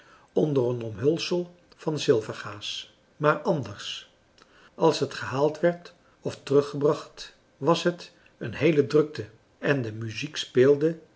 onder een omhulsel van zilvergaas maar anders als het gehaald werd of teruggebracht was het een heele drukte en de muziek speelde